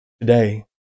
today